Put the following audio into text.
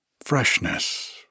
freshness